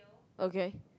okay